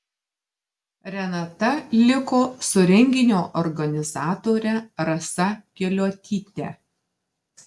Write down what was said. renata liko su renginio organizatore rasa keliuotyte